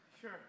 Sure